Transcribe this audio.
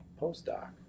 postdoc